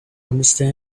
understand